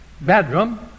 bedroom